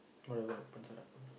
whatever happens it happen